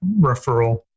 referral